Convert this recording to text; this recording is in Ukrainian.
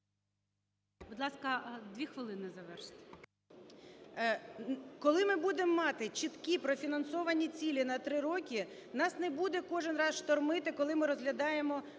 Будь ласка, 2 хвилини, завершити. МАРКАРОВА О.С. Коли ми будемо мати чіткі профінансовані цілі на 3 роки, нас не буде кожен раз "штормити", коли ми розглядаємо